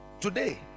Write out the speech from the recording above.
today